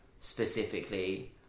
specifically